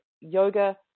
Yoga